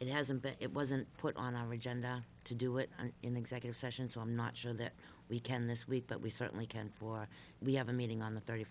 it hasn't been it wasn't put on our agenda to do it in executive session so i'm not sure that we can this week but we certainly can fly we have a meeting on the thirty